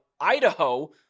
Idaho